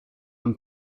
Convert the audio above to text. and